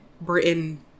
Britain